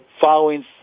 following